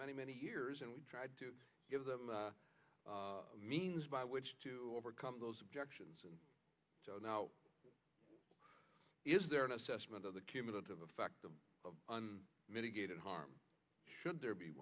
many many years and we tried to give them the means by which to overcome those objections and so now is there an assessment of the cumulative effect on mitigated harm should there be